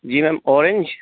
ji ma'am orange